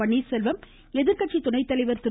பன்னிர்செல்வம் எதிர்கட்சி துணைத்தலைவர் திரு